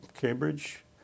Cambridge